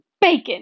Bacon